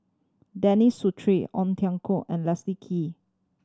Denis Ong Tiong and Leslie Kee